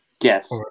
Yes